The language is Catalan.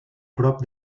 prop